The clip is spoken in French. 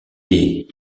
des